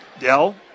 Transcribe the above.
Dell